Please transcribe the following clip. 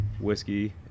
whiskey